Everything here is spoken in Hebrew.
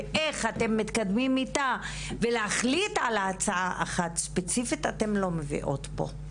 איך אתם מתקדמים איתה וההחלטה על הצעה אחת ספציפית אתן לא מביאות לפה.